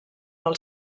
del